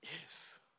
yes